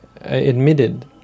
admitted